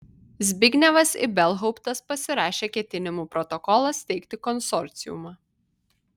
zbignevas ibelhauptas pasirašė ketinimų protokolą steigti konsorciumą